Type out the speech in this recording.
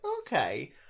okay